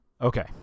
Okay